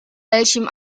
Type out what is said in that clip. welchem